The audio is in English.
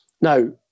Now